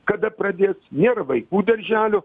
kada pradės nėra vaikų darželio